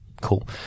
Cool